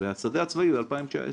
ואת השדה הצבאי ב-2019.